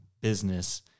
business